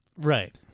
Right